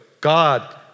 God